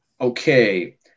Okay